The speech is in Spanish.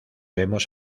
vemos